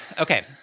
okay